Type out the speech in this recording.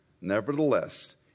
Nevertheless